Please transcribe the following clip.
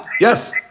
Yes